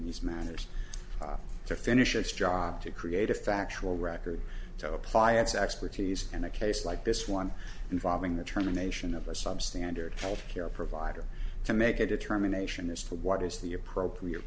these matters to finish its job to create a factual record to apply its expertise in a case like this one involving the term a nation of a substandard health care provider to make a determination as to what is the appropriate